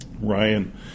Ryan